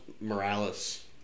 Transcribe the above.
Morales